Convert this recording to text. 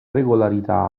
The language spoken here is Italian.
regolarità